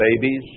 babies